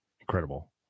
Incredible